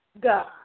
God